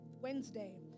Wednesday